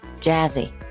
jazzy